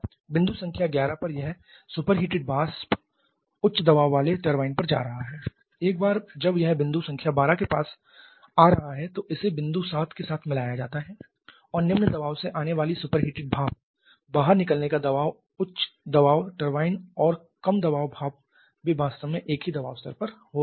बिंदु संख्या 11 पर यह सुपरहिटेड वाष्प उच्च दबाव वाले टरबाइन पर जा रहा है एक बार जब यह बिंदु संख्या 12 के साथ वापस आ रहा है तो इसे बिंदु 7 के साथ मिलाया जाता है और निम्न दबाव से आने वाली सुपरहिटेड भाप बाहर निकलने का दबाव उच्च दबाव टरबाइन और कम दबाव भाप वे वास्तव में एक ही दबाव स्तर हो रहे हैं